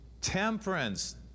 temperance